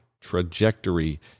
trajectory